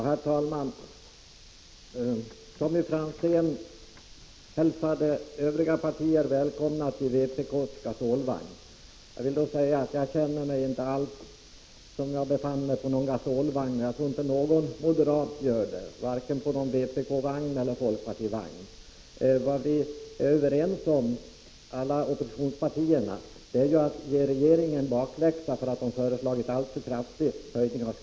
Herr talman! Tommy Franzén hälsade övriga partier välkomna till vpk:s gasolvagn. Jag känner mig inte alls som om jag befann mig på någon gasolvagn — jag tror ingen moderat gör det — varken på en vpk-vagn eller en folkpartivagn. Oppositionspartierna är överens om att ge regeringen bakläxa för att den föreslagit alltför kraftiga höjningar.